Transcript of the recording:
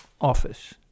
Office